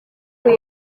kuba